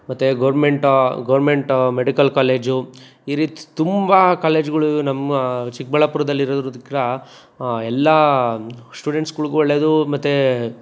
ಮತ್ತು government government medical college ಈ ರೀತಿ ತುಂಬ ಕಾಲೇಜುಗಳು ನಮ್ಮ ಚಿಕ್ಕಬಳ್ಳಾಪುರದಲ್ಲಿ ಇರು ಇರುದಕ್ಕೆ ಎಲ್ಲ ಸ್ಟೂಡೆಂಟ್ಸ್ಗಳ್ಗು ಒಳ್ಳೆದು ಮತ್ತು